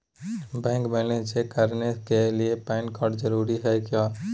Bank balance check करने के लिए पैन कार्ड जरूरी है क्या?